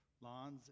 lawns